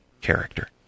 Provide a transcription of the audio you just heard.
character